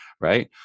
Right